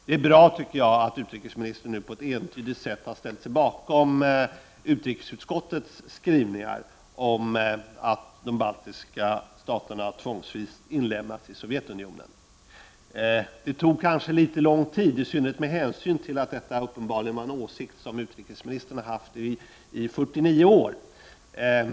Det är bra, tycker jag, att utrikesministern nu på ett entydigt sätt ställt sig bakom utrikesutskottets skrivningar om att de baltiska staterna tvångsvis inlemmats i Sovjetunionen. Det tog kanske litet lång tid, i synnerhet med hänsyn till att detta uppenbarligen var en åsikt som utrikesministern haft i 49 år.